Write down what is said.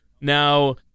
Now